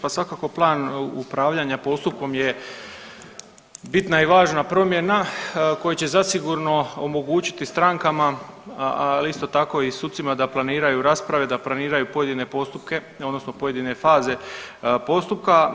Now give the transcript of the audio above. Pa svakako plan upravljanja postupkom je bitna i važna promjena koji će zasigurno omogućiti strankama, ali isto tako i sucima da planiraju rasprave, da planiraju pojedine postupke, odnosno pojedine faze postupka.